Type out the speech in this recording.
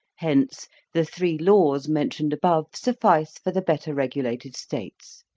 hence the three laws, mentioned above, suffice for the better regulated states,